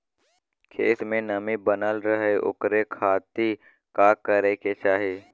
खेत में नमी बनल रहे ओकरे खाती का करे के चाही?